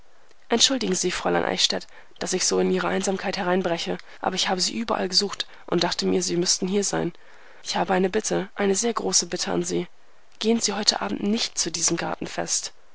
entschuldigen sie fräulein eichstädt daß ich so in ihre einsamkeit hereinbreche aber ich habe sie überall gesucht und dachte mir sie müßten hier sein ich habe eine bitte eine sehr große bitte an sie gehen sie heute abend nicht zu diesem gartenfest